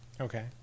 Okay